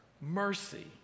mercy